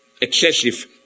excessive